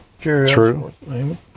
True